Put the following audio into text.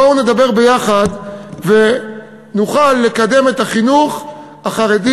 בואו נדבר ביחד ונוכל לקדם את החינוך החרדי